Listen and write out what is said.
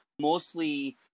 mostly